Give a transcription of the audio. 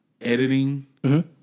editing